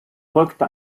folgte